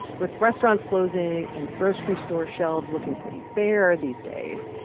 with restaurants closing and grocery store shelves looking pretty bare these days,